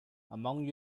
among